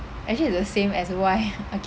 actually it's the same as why okay